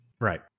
Right